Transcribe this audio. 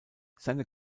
seine